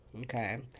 Okay